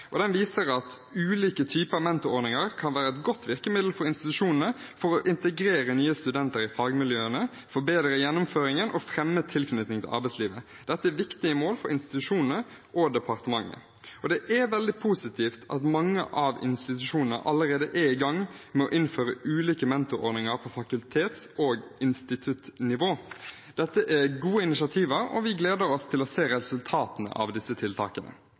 Den viser at ulike typer mentorordninger kan være et godt virkemiddel for institusjonene for å integrere nye studenter i fagmiljøene, forbedre gjennomføringen og fremme tilknytningen til arbeidslivet. Dette er viktige mål for institusjonene og departementet. Det er veldig positivt at mange av institusjonene allerede er i gang med å innføre ulike mentorordninger på fakultets- og instituttnivå. Dette er gode initiativer, og vi gleder oss til å se resultatene av disse tiltakene.